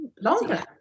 Longer